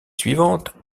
suivantes